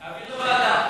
להעביר לוועדה.